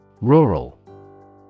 Rural